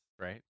right